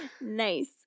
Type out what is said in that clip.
nice